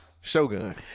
Shogun